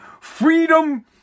freedom